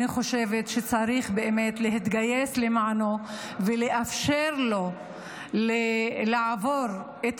אני חושבת שצריך באמת להתגייס למענו ולאפשר לו לעבור את